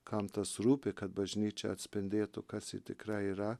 kam tas rūpi kad bažnyčia atspindėtų kas tikra yra